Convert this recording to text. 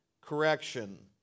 correction